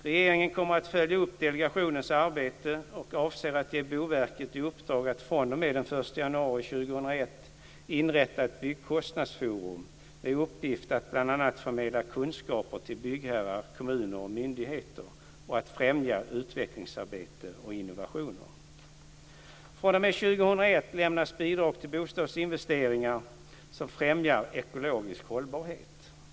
Regeringen kommer att följa upp delegationens arbete och avser att ge Boverket i uppdrag att den 1 januari 2001 inrätta ett byggkostnadsforum med uppgift att bl.a. förmedla kunskaper till byggherrar, kommuner och myndigheter och att främja utvecklingsarbete och innovationer. fr.o.m. år 2001 lämnas bidrag till bostadsinvesteringar som främjar ekologisk hållbarhet.